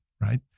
right